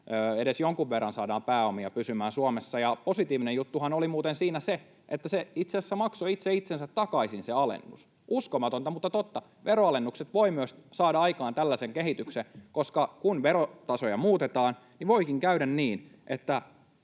edes jonkun verran saadaan pääomia pysymään Suomessa. Ja positiivinen juttuhan oli muuten siinä se, että se alennus itse asiassa maksoi itse itsensä takaisin. Uskomatonta, mutta totta. Veronalennukset voivat saada aikaan myös tällaisen kehityksen, koska kun verotasoja muutetaan, niin voikin käydä niin, että